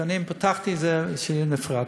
ב"איתנים" פתחתי את זה שיהיה נפרד.